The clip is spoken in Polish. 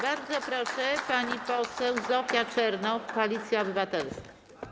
Bardzo proszę, pani poseł Zofia Czernow, Koalicja Obywatelska.